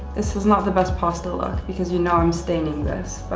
this is not the best pasta look because you know i'm staining this, but